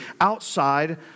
outside